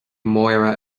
máire